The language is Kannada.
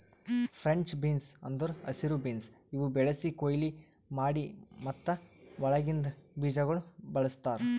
ಫ್ರೆಂಚ್ ಬೀನ್ಸ್ ಅಂದುರ್ ಹಸಿರು ಬೀನ್ಸ್ ಇವು ಬೆಳಿಸಿ, ಕೊಯ್ಲಿ ಮಾಡಿ ಮತ್ತ ಒಳಗಿಂದ್ ಬೀಜಗೊಳ್ ಬಳ್ಸತಾರ್